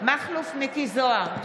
מכלוף מיקי זוהר,